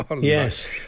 yes